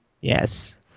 Yes